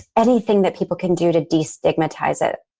anything that people can do to destigmatize it.